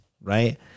...right